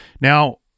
Now